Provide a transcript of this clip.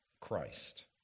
Christ